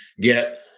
get